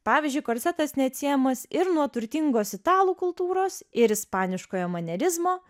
pavyzdžiui korsetas neatsiejamas ir nuo turtingos italų kultūros ir ispaniškoje manierizmo